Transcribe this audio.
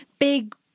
Big